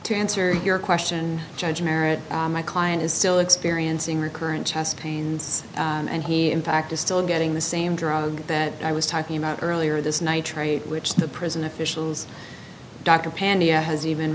to answer your question judge merritt my client is still experiencing recurrent chest pains and he in fact is still getting the same drug that i was talking about earlier this nitrate which the prison officials dr pantea has even